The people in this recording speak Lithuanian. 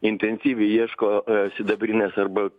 intensyviai ieško sidabrinės arba